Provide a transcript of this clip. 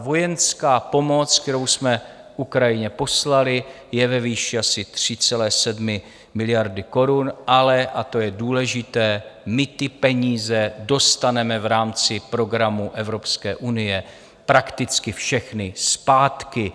Vojenská pomoc, kterou jsme Ukrajině poslali, je ve výši asi 3,7 miliardy korun, ale a to je důležité my ty peníze dostaneme v rámci programu Evropské unie prakticky všechny zpátky.